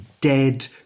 dead